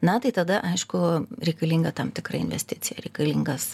na tai tada aišku reikalinga tam tikra investicija reikalingas